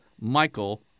Michael